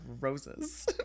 roses